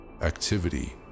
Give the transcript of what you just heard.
Activity